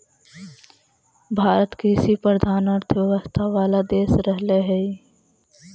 भारत कृषिप्रधान अर्थव्यवस्था वाला देश रहले हइ